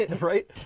Right